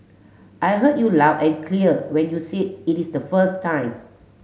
I heard you loud and clear when you said it is the first time